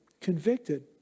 convicted